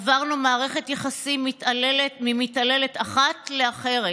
עברנו מערכת יחסים מתעללת, ממתעללת אחת לאחרת,